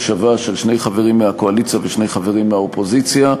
שווה של שני חברים מהקואליציה ושני חברים מהאופוזיציה.